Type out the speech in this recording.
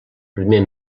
primer